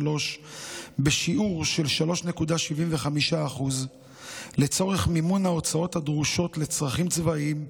בשיעור של 3.75% לצורך מימון ההוצאות הדרושות לצרכים צבאיים,